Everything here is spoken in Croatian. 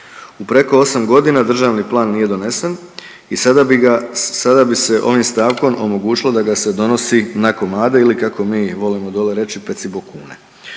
U preko osam godina državni plan nije donesen i sada bi se ovim stavkom omogućilo da ga se donosi na komade ili kako mi volimo dolje reći peci bokune.